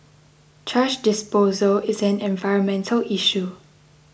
trash disposal is an environmental issue